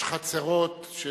יש חצרות של,